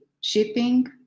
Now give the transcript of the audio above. shipping